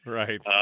right